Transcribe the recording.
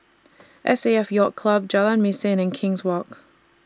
S A F Yacht Club Jalan Mesin and King's Walk